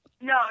No